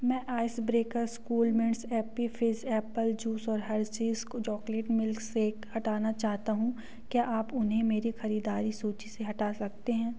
मैं ice breakers coolmints Appy Fizz apple juice और Hershey's chocolate milk shake हटाना चाहता हूँ क्या आप उन्हें मेरी ख़रीदारी सूची से हटा सकते हैं